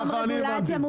ככה אני הבנתי את זה.